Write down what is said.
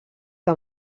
que